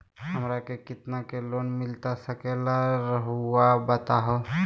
हमरा के कितना के लोन मिलता सके ला रायुआ बताहो?